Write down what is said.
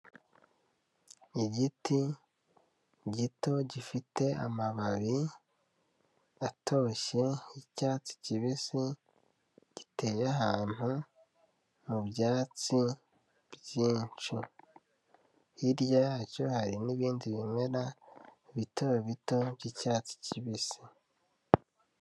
Igiti gito gifite amababi, atoshye y'icyatsi kibisi, giteye ahantu mu byatsi byinshi, hirya yacyo hari nibindi bimera bito bito by'icyatsi kibisi.